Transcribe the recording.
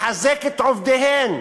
לחזק את עובדיהן.